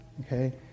okay